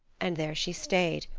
and there she stayed,